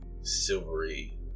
silvery